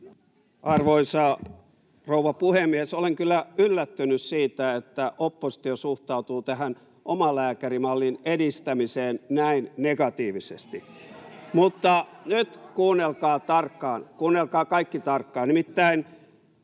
Arvoisa rouva puhemies! Olen kyllä yllättynyt siitä, että oppositio suhtautuu tähän omalääkärimallin edistämiseen näin negatiivisesti. Mutta nyt kuunnelkaa tarkkaan, kuunnelkaa kaikki tarkkaan,